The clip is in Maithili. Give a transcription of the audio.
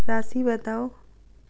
राशि बताउ